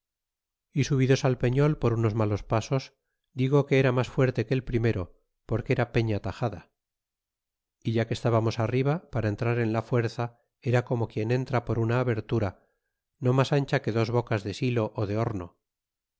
y subidos al peñol por unos malos pasos digo que era mas fuerte que el primero porque era pella tajada é ya que estábamos arriba para entrar en la fuerza era como quien entra por una abertura no mas ancha que dos bocas de silo ó de horno